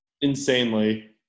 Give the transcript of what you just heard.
Insanely